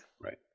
Right